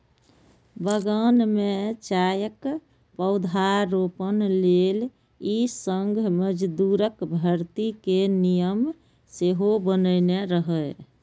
बगान मे चायक पौधारोपण लेल ई संघ मजदूरक भर्ती के नियम सेहो बनेने रहै